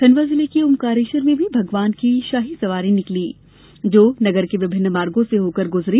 खंडवा जिले के ओंकारेश्वर में भी भगवान की शाही सवारी निकाली जो नगर के विभिन्न मार्गों से होकर गुजरी